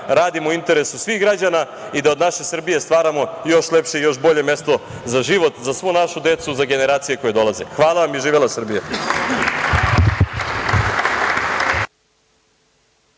radimo u interesu svih građana i da od naše Srbije stvaramo još lepše i još bolje mesto za život za svu našu decu, za generacije koje dolaze. Hvala vam i živela Srbija!